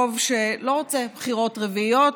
רוב שלא רוצה בחירות רביעיות,